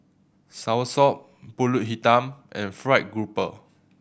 Soursop Pulut Hitam and fried grouper